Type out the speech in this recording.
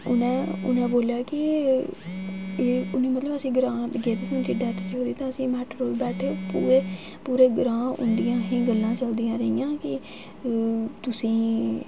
उ'नें उ'ने बोल्लेआ हा कि उ'नें मतलब अस ग्रांऽ बिच गेदे हे डेथ होई ते अस मेटाडोर बैठे ओह्दे च पूरे ग्रांऽ उं'दियां गल्लां चलदियां रेहियां कि तुसें ई